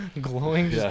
Glowing